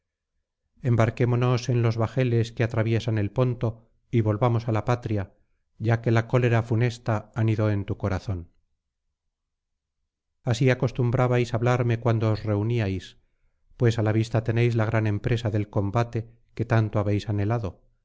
voluntad embarquémonos en los bajeles que atraviesan el ponto y volvamos á la patria ya que la cólera funesta anidó en tu corazón así acostumbrabais hablarme cuando os reuníais pues á la vista tenéis la gran empresa del combate que tanto habéis anhelado y